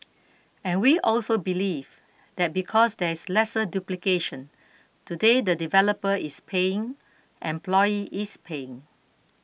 and we also believe that because there is lesser duplication today the developer is paying employee is paying